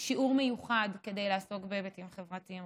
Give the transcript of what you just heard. שיעור מיוחד כדי לעסוק בהיבטים חברתיים-רגשיים,